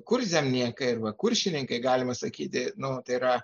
kurzemiekai arba kuršininkai galima sakyti nu tai yra